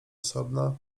osobna